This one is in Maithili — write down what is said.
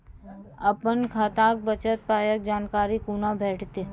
अपन खाताक बचल पायक जानकारी कूना भेटतै?